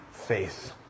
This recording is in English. faith